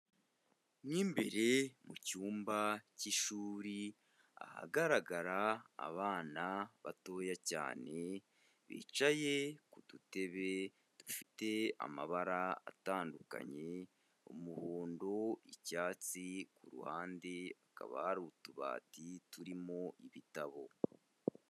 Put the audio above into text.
Mo imbere mu cyumba cy'ishuri, ahagaragara abana batoya cyane, bicaye ku dutebe dufite amabara atandukanye, umuhondo icyatsi kuruhande hakaba hari utubati turimo ibitabo.